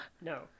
No